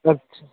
আচ্ছা